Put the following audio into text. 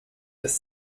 des